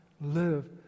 live